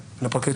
הפרקליטות.